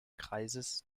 kreises